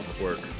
work